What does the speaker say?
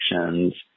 actions